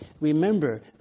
Remember